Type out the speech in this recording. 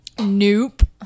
Nope